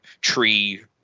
tree